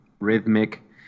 rhythmic